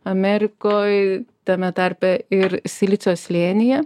amerikoj tame tarpe ir silicio slėnyje